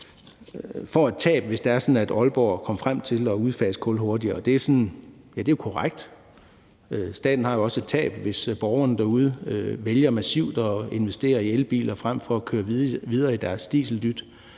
får et tab, hvis det er sådan, at Aalborg kommer frem til at udfase kul hurtigere. Det er jo korrekt. Staten har jo også et tab, hvis borgerne derude vælger at investere massivt i elbiler frem for at køre videre i deres dieseldyt.